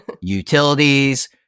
Utilities